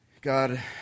God